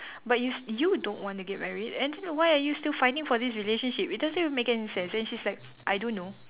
but you you don't want to get married and then why are you still finding for this relationship it doesn't even make any sense and she's like I don't know